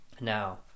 now